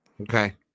Okay